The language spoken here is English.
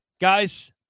Guys